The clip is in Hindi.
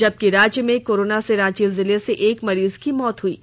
जबकि राज्य में कोरोना से रांची जिले से एक मरीज की मौत हुई है